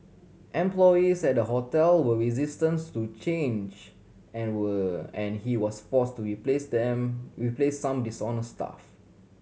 employees at the hotel were resistance to change and were and he was forced to replace them replace some dishonest staff